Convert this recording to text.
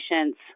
patients